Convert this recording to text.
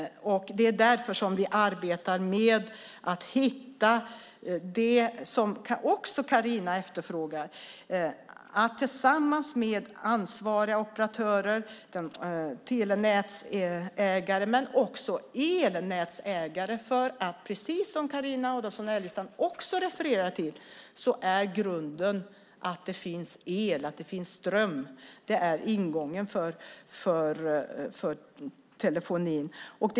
Det är därför som vi arbetar med att hitta det som Carina också efterfrågar, nämligen att arbeta tillsammans med ansvariga operatörer, telenätsägare och elnätsägare. Precis som Carina Adolfsson Elgestam också refererar till är grunden att det finns el, att det finns ström. Det är ingången för telefoni.